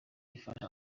ifasha